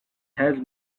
has